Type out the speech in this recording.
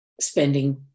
spending